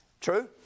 True